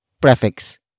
prefix